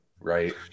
Right